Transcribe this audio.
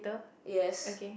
yes